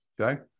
Okay